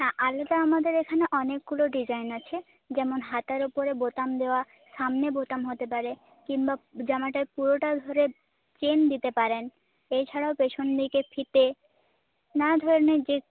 না আলাদা আমাদের এখানে অনেকগুলো ডিজাইন আছে যেমন হাতার উপরে বোতাম দেওয়া সামনে বোতাম হতে পারে কিংবা জামাটার পুরোটা ধরে চেন দিতে পারেন এছাড়াও পেছন দিকে ফিতে নানা ধরনের যে